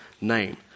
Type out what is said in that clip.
name